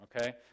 okay